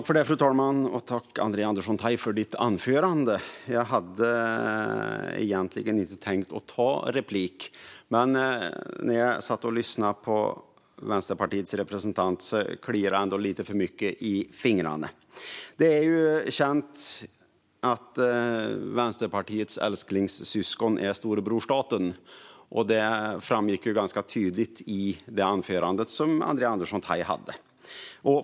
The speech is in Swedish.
Fru talman! Tack, Andrea Andersson Tay, för ditt anförande! Egentligen hade jag inte tänkt ta replik, men när jag satt och lyssnade på Vänsterpartiets representant kliade det lite för mycket i fingrarna. Det är känt att Vänsterpartiets älsklingssyskon är storebror staten, och detta framgick tydligt i det anförande som Andrea Andersson Tay höll.